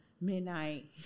midnight